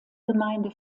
gemeinde